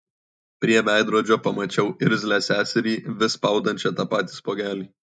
prie veidrodžio pamačiau irzlią seserį vis spaudančią tą patį spuogelį